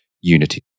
unity